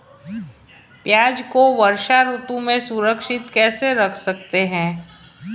प्याज़ को वर्षा ऋतु में सुरक्षित कैसे रख सकते हैं?